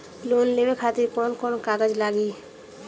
Loan लेवे खातिर कौन कौन कागज लागी?